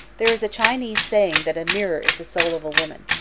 there is a chinese saying that a mirror is the soul of a woman.